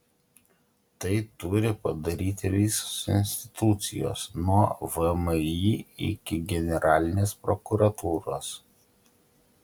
tai turi padaryti visos institucijos nuo vmi iki generalinės prokuratūros